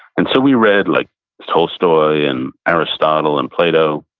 and so we read like tolstoy and aristotle and plato.